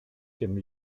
dem